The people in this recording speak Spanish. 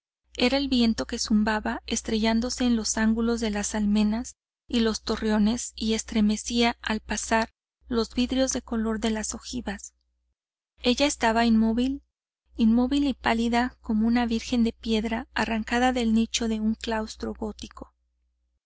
era el viento que zumbaba estrellándose en los ángulos de las almenas y los torreones y estremecía al pasar los vidrios de color de las ojivas ella estaba inmóvil inmóvil y pálida como una virgen de piedra arrancada del nicho de un claustro gótico